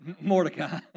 Mordecai